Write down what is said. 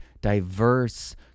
diverse